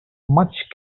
much